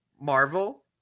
Marvel